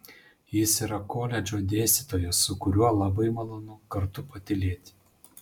jis yra koledžo dėstytojas su kuriuo labai malonu kartu patylėti